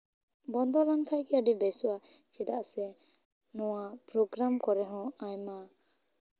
ᱵᱚᱱᱫᱚ ᱞᱮᱱᱠᱷᱟᱡ ᱜᱮ ᱟᱹᱰᱤ ᱵᱮᱥᱚᱜᱼᱟ ᱪᱮᱫᱟᱜ ᱥᱮ ᱱᱚᱣᱟ ᱯᱨᱳᱜᱨᱟᱢ ᱠᱚᱨᱮ ᱦᱚᱸ ᱟᱭᱢᱟ